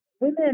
women